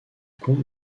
compte